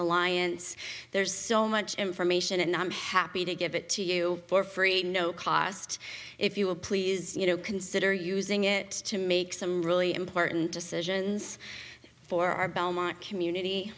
alliance there's so much information and i'm happy to give it to you for free no cost if you will please you know consider using it to make some really important decisions for our belmont community